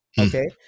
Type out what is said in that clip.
Okay